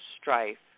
strife